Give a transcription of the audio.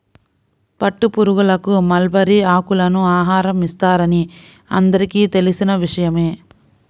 పట్టుపురుగులకు మల్బరీ ఆకులను ఆహారం ఇస్తారని అందరికీ తెలిసిన విషయమే